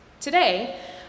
Today